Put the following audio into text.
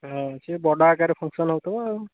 ହଁ ସେ ବଡ଼ ଆକାରରେ ଫକ୍ସନ୍ ହେଉଥିବ ଆଉ